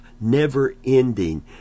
never-ending